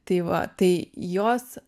tai va tai jos